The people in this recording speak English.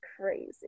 crazy